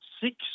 six